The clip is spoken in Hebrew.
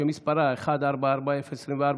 שמספרה 1440/24,